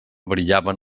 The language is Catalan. brillaven